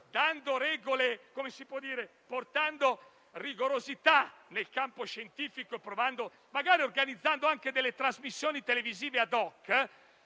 dando regole, portando rigorosità nel campo scientifico e magari organizzando delle trasmissioni televisive *ad hoc*.